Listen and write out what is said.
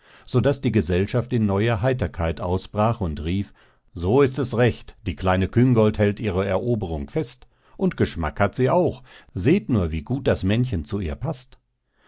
so daß die gesellschaft in neue heiterkeit ausbrach und rief so ist es recht die kleine küngolt hält ihre eroberung fest und geschmack hat sie auch seht nur wie gut das männchen zu ihr paßt